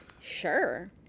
Sure